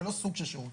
ולא סוג של שירות.